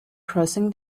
crossing